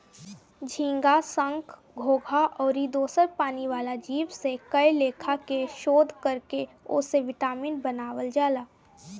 झींगा, संख, घोघा आउर दोसर पानी वाला जीव से कए लेखा के शोध कर के ओसे विटामिन बनावल जाला